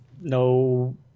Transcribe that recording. no